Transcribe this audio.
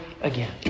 again